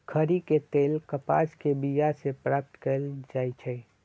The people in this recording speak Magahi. खरि के तेल कपास के बिया से प्राप्त कएल जाइ छइ